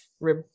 rib